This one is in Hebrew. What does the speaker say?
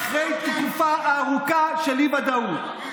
אחרי תקופה ארוכה של אי-ודאות.